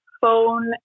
phone